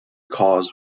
cause